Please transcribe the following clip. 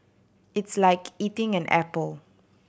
it's like eating an apple